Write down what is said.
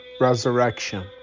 resurrection